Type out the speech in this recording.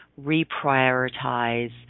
reprioritize